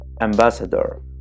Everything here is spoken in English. Ambassador